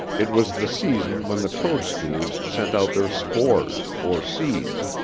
it was the season when the toadstools sent out their spores, or seeds,